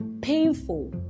painful